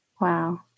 Wow